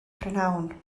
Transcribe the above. prynhawn